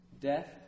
Death